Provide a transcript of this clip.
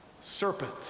serpent